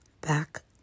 back